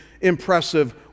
impressive